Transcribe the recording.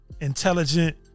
intelligent